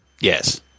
yes